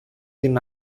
την